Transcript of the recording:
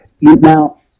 now